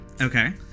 Okay